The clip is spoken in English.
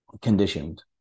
conditioned